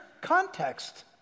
context